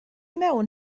mewn